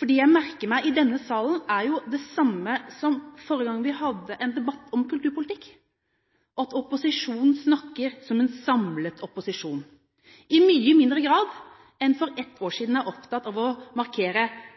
Det jeg merker meg i denne salen, er det samme vi hadde forrige gang vi hadde en debatt om kulturpolitikk, at opposisjonen snakker som en samlet opposisjon og i mye mindre grad enn for ett år